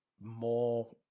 more